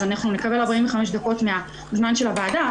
אנחנו נקבל 45 דקות מהזמן של הוועדה,